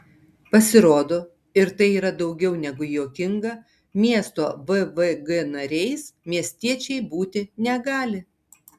pasirodo ir tai yra daugiau negu juokinga miesto vvg nariais miestiečiai būti negali